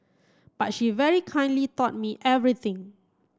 but she very kindly taught me everything